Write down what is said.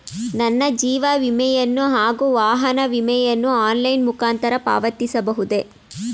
ನನ್ನ ಜೀವ ವಿಮೆಯನ್ನು ಹಾಗೂ ವಾಹನ ವಿಮೆಯನ್ನು ಆನ್ಲೈನ್ ಮುಖಾಂತರ ಪಾವತಿಸಬಹುದೇ?